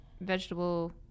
vegetable